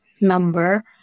number